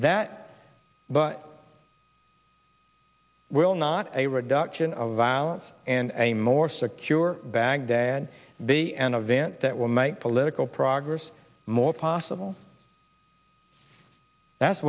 that will not a reduction of violence and a more secure baghdad be an event that will make political progress more possible that's